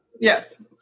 Yes